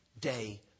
Day